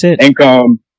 income